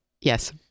Yes